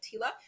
Tila